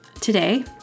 today